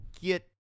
get